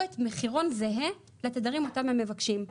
מחירון זהה לתדרים אותם הם מבקשים,